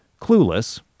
clueless